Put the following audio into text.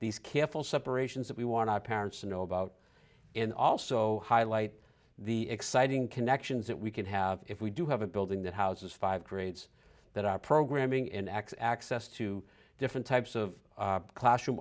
these careful separations that we want our parents to know about and also highlight the exciting connections that we can have if we do have a building that houses five creates that our programming in x access to different types of clas